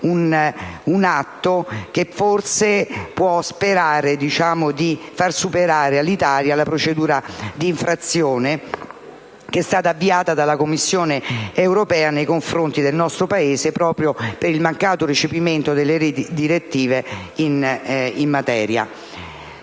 atto si può finalmente sperare di far superare all'Italia la procedura d'infrazione avviata dalla Commissione europea nei confronti del nostro Paese proprio per il mancato recepimento delle direttive in materia.